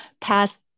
past